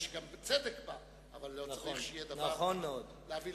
יש גם צדק בה, אבל לא צריך להביא לאבסורד.